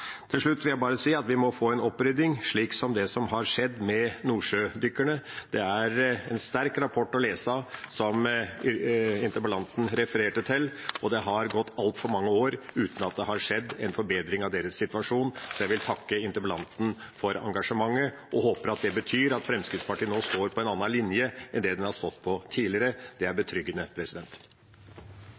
Til slutt vil jeg bare si at vi må få en opprydding, slik det har skjedd med nordsjødykkerne. Den rapporten interpellanten refererte til, er sterk lesning. Det har gått altfor mange år uten at det har skjedd en forbedring av deres situasjon. Jeg vil takke interpellanten for engasjementet, og jeg håper det betyr at Fremskrittspartiet nå står på en annen linje enn en har stått på tidligere. Det er betryggende.